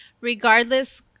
regardless